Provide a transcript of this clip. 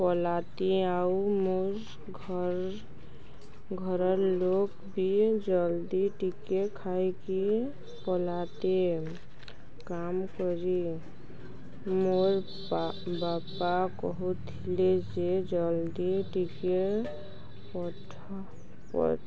କଲାତି ଆଉ ମୋ ଘର୍ ଘରର୍ ଲୋକ ବି ଜଲ୍ଦି ଟିକେ ଖାଇକି କଲାତି କାମ କରି ମୋର୍ ବାପା କହୁଥିଲେ ଯେ ଜଲ୍ଦି ଟିକେ ପଠ